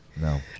No